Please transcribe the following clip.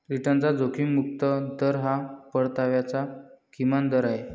रिटर्नचा जोखीम मुक्त दर हा परताव्याचा किमान दर आहे